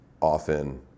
often